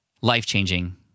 life-changing